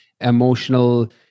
emotional